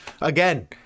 again